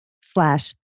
slash